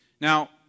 Now